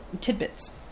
tidbits